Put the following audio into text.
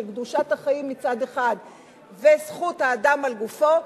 קדושת החיים מצד אחד וזכות האדם על גופו,